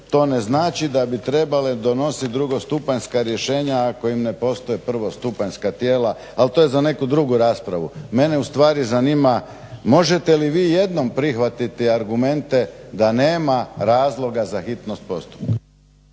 to ne znači da bi trebale donositi drugostupanjska rješenja ako im ne postoje prvostupanjska tijela. Ali to je za neku drugu raspravu. Mene ustvari zanima možete li vi jednom prihvatiti argumente da nema razloga za hitnost postupka?